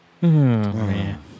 man